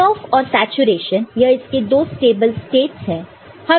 cut off और saturation यह इसके दो स्टेबल स्स्टेटस है